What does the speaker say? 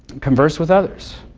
converse with others.